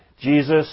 Jesus